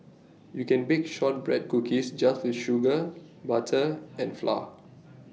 you can bake Shortbread Cookies just with sugar butter and flour